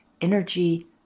energy